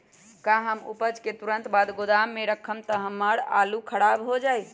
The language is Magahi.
का हम उपज के तुरंत बाद गोदाम में रखम त हमार आलू खराब हो जाइ?